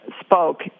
spoke